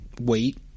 wait